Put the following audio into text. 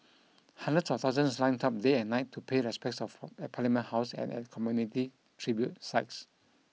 hundreds of thousands lined up day and night to pay respects of at Parliament House and at community tribute sites